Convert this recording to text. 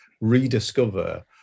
rediscover